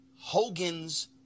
Hogan's